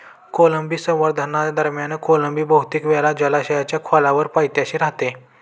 कोळंबी संवर्धनादरम्यान कोळंबी बहुतेक वेळ जलाशयाच्या खोलवर पायथ्याशी राहते